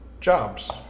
jobs